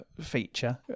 feature